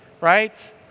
right